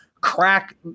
crack